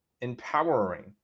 empowering